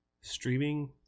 streaming